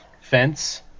Fence